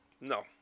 No